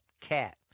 cat